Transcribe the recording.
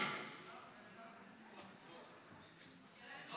לא צריך, לא צריך,